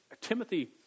Timothy